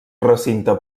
recinte